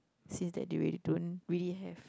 see that they really don't really have